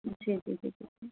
जी जी जी जी जी